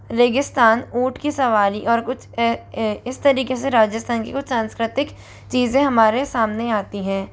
रेगिस्तान ऊंट की सवारी और कुछ इस तरीके से राजिस्थान की कुछ सांस्कृतिक चीज़ें हमारे सामने आती हैं